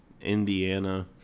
Indiana